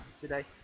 today